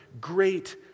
Great